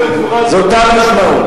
זו אותה משמעות.